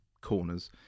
corners